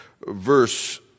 verse